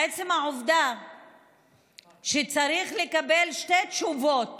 עצם העובדה שצריך לקבל שתי תשובות